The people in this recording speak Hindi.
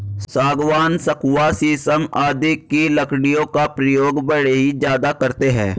सागवान, सखुआ शीशम आदि की लकड़ियों का प्रयोग बढ़ई ज्यादा करते हैं